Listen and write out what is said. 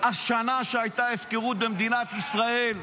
השנה שבה הייתה הפקרות במדינת ישראל,